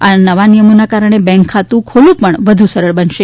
આ નવા નિયમોના કારણે બેન્ક ખાતું ખોલવું પણ વધુ સરળ બનશે